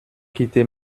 quitter